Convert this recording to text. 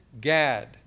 Gad